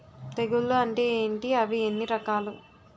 తెగులు అంటే ఏంటి అవి ఎన్ని రకాలు?